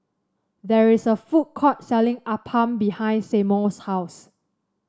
there is a food court selling appam behind Seymour's house